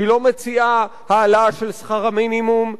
היא לא מציעה העלאה של שכר המינימום,